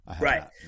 right